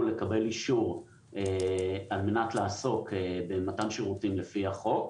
לקבל אישור על מנת לעסוק במתן שירותים לפי החוק.